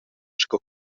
sco